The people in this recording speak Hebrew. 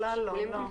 בכלל לא.